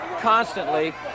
constantly